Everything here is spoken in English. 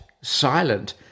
silent